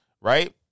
Right